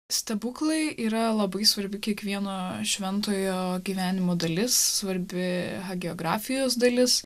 stebuklai yra labai svarbi kiekvieno šventojo gyvenimo dalis svarbi hagiografijos dalis